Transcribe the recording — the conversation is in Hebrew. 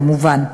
כמובן.